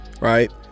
right